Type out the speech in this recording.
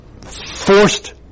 forced